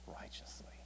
righteously